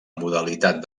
modalitat